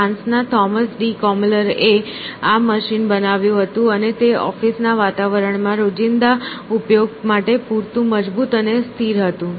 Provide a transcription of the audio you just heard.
ફ્રાન્સના Thomas de Colmar એ આ મશીન બનાવ્યું હતું અને તે ઓફિસના વાતાવરણમાં રોજિંદા ઉપયોગ માટે પૂરતું મજબૂત અને સ્થિર હતું